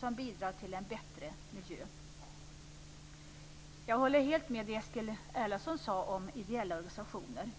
som bidrar till en bättre miljö. Jag håller helt med om det som Eskil Erlandsson sade om ideella organisationer.